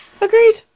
Agreed